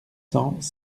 cents